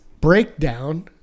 Breakdown